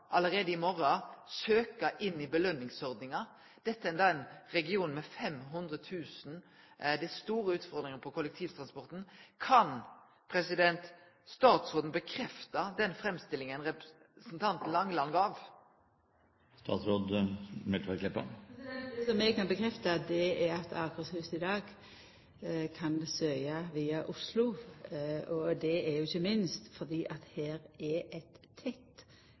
allereie i morgon kan søkje på belønningsordninga. Dette er ein region med ei befolkning på 500 000. Det er store utfordringar når det gjeld kollektivtransporten. Kan statsråden bekrefte den framstillinga representanten Langeland gav? Det eg kan bekrefta, er at Akershus i dag kan søkja via Oslo. Det er ikkje minst fordi det her er eit tett,